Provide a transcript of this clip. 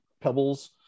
pebbles